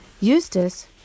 Eustace